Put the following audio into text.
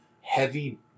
heavy